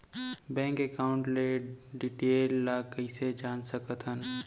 Bank account के detail ल कइसे जान सकथन?